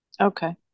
Okay